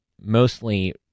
mostly